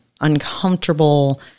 uncomfortable